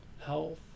health